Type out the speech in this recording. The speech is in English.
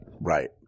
Right